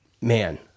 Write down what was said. man